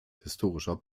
historischer